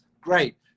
great